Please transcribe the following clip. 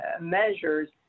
measures